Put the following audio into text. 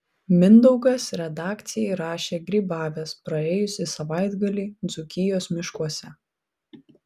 mindaugas redakcijai rašė grybavęs praėjusį savaitgalį dzūkijos miškuose